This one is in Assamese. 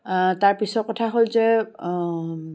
তাৰপিছৰ কথা হ'ল যে